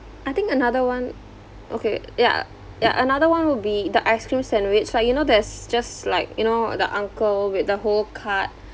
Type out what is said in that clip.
I think another one okay yeah yeah another one would be the ice-cream sandwich like you know there's just like you know the uncle with the whole cart